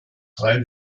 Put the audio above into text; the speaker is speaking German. drei